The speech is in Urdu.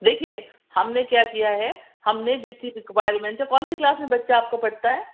دیکھئے ہم نے کیا کیا ہے ہم نے جتنی رکوائرمنٹ ہے کون سی کلاس میں بچہ آپ کا پڑھتا ہے